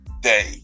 day